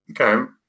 Okay